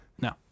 No